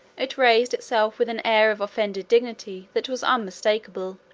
it raised itself with an air of offended dignity that was unmistakable.